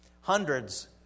Hundreds